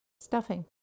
Stuffing